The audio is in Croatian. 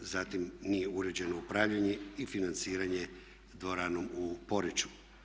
Zatim nije uređeno upravljanje i financiranje dvoranom u Poreču.